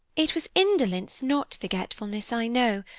it was indolence, not forgetfulness, i know.